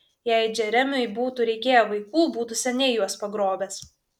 jei džeremiui būtų reikėję vaikų būtų seniai juos pagrobęs